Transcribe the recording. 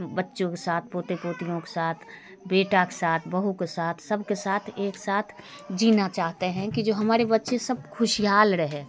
बच्चों के साथ पोते पोतियो के साथ बेटा के साथ बहू के साथ सबके साथ एक साथ जीना चाहते हैं कि जो हमारे बच्चे सब खुशहाल रहे